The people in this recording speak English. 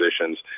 positions